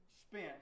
spent